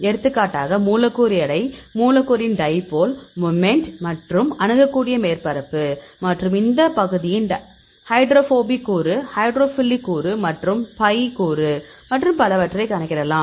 எடுத்துக்காட்டாக மூலக்கூறு எடை மூலக்கூறின் டைப்போல் மொமென்ட் மற்றும் அணுகக்கூடிய மேற்பரப்பு மற்றும் இந்த பகுதியின் ஹைட்ரோபோபிக் கூறுஹைட்ரோஃபிலிகெ் கூறு மற்றும் பை கூறு மற்றும் பலவற்றை கணக்கிடலாம்